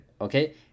okay